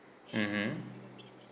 mmhmm